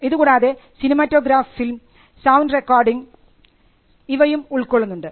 ഇതുകൂടാതെ cinematograph film sound recording ഇവയും ഉൾക്കൊള്ളുന്നുണ്ട്